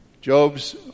Job's